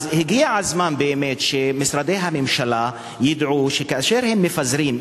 אז הגיע הזמן באמת שמשרדי הממשלה ידעו שכאשר הם מפזרים,